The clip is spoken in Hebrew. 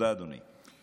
תודה, אדוני.